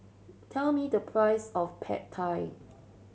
tell me the price of Pad Thai